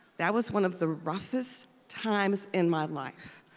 that was one of the roughest times in my life.